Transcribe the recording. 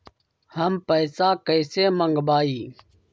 हम पैसा कईसे मंगवाई?